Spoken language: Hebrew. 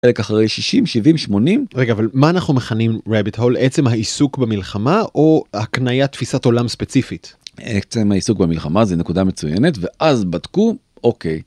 אחרי 60-70-80 רגע אבל מה אנחנו מכנים רביט הול, עצם העיסוק במלחמה או הקניית תפיסת עולם ספציפית? עצם העיסוק במלחמה זה נקודה מצוינת ואז בדקו אוקיי.